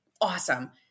awesome